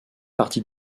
partie